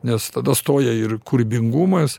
nes tada stoja ir kūrybingumas